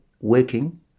working